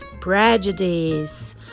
prejudice